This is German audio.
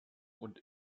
und